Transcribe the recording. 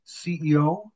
CEO